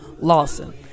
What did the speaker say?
Lawson